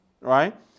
right